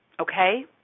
Okay